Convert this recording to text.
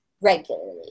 regularly